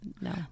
no